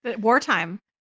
Wartime